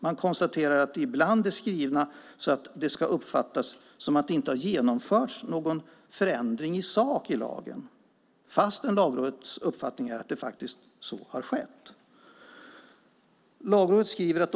Man konstaterar att de ibland är skrivna så att det ska uppfattas som att det inte har genomförts någon förändring i sak i lagen, fast Lagrådets uppfattning är att så faktiskt har skett.